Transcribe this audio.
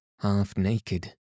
half-naked